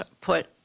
put